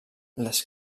les